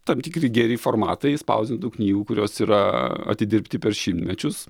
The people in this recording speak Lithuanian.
tam tikri geri formatai išspausdintų knygų kurios yra atidirbti per šimtmečius